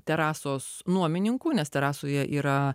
terasos nuomininkų nes terasoje yra